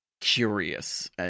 curious